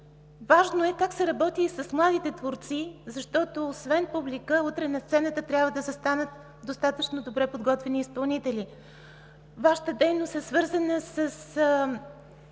важно е как се работи и с младите творци, защото освен публика, утре на сцената трябва да застанат достатъчно добре подготвени изпълнители. Вашата дейност е свързана със